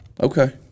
Okay